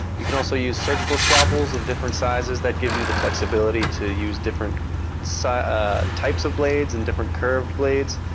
you can also use surgical scalpels of different sizes that give you the flexibility to use different so ah types of blades and different curved blades,